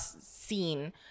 seen